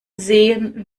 sehen